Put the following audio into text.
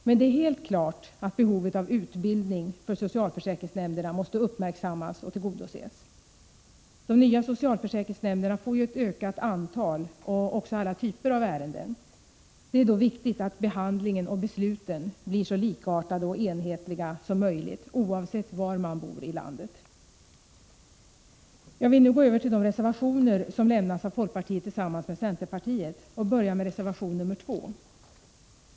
Men det är helt klart att behovet av utbildning för socialförsäkringsnämnderna måste uppmärksammas och tillgodoses. De nya socialförsäkringsnämnderna får ju ett ökat antal ärenden, och också alla typer av ärenden. Det är då viktigt att behandlingen och besluten blir så likartade och enhetliga som möjligt, oavsett var man bor i landet. Jag vill nu gå över till de reservationer som avgivits av folkpartiet tillsammans med centerpartiet, och jag börjar med reservation nr 2.